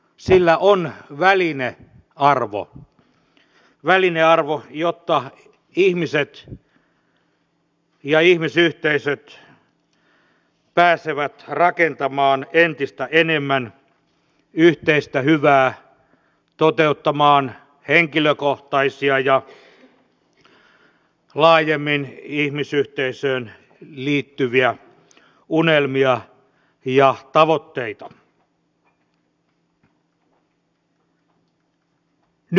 sillä on välinearvo jotta ihmiset ja ihmisyhteisöt pääsevät rakentamaan entistä enemmän yhteistä hyvää toteuttamaan henkilökohtaisia ja laajemmin ihmisyhteisöön liittyviä unelmia ja tavoitteita